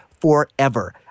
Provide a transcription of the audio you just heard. forever